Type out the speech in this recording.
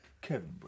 Kevin